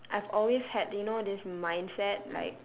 I've always had you know this mindset like